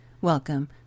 Welcome